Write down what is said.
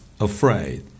afraid